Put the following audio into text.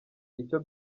icyo